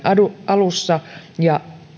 alussa ja